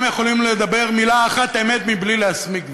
יכולים לדבר מילה אחת אמת מבלי להסמיק,